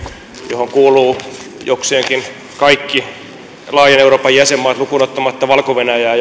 johon kuuluvat jokseenkin kaikki laajan euroopan jäsenmaat lukuun ottamatta valko venäjää